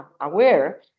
aware